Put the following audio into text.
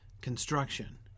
construction